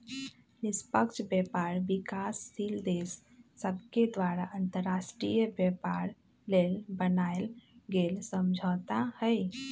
निष्पक्ष व्यापार विकासशील देश सभके द्वारा अंतर्राष्ट्रीय व्यापार लेल बनायल गेल समझौता हइ